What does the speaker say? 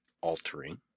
altering